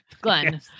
Glenn